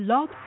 Log